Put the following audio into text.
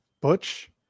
Butch